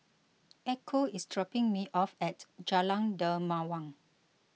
Echo is dropping me off at Jalan Dermawan